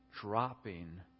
dropping